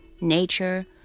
nature